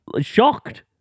shocked